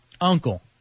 uncle